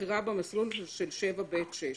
בבחירה במסלול של סעיף 7(ב)(6).